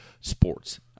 sports